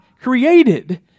created